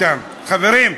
חברים,